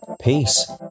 peace